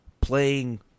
playing